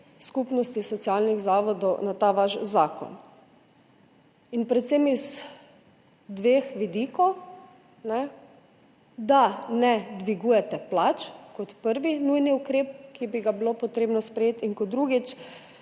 Skupnosti socialnih zavodov na ta vaš zakon, predvsem z dveh vidikov, da ne dvigujete plač kot prvi nujni ukrep, ki bi ga bilo treba sprejeti, in drugič,